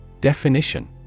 Definition